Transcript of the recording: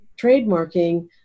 trademarking